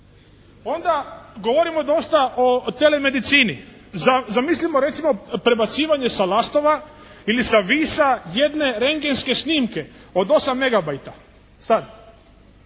Onda govorimo dosta o telemedicini. Zamislimo recimo prebacivanje sa Lastova ili sa Visa jedne rengentske snimke od 8 megabajta. Sad.